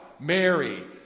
Mary